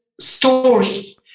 story